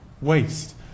waste